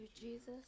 Jesus